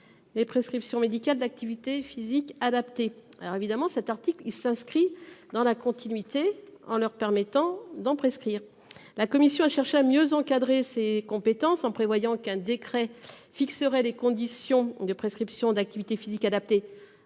Les prescriptions médicales de l'activité physique adaptée alors évidemment cet article qui s'inscrit dans la continuité en leur permettant d'en prescrire. La Commission a à mieux encadrer ses compétences en prévoyant qu'un décret fixera les conditions de prescription d'activité physique adaptée